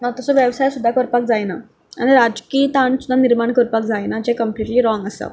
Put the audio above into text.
तसो वेवसाय सुद्दां करपाक जायना आनी राजकीय ताण सुद्दां निर्माण करपाक जायना जें कंप्लिटली रॉंग आसा